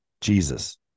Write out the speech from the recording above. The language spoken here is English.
Jesus